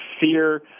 fear